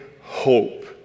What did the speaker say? hope